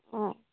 অঁ